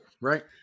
right